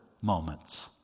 moments